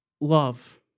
love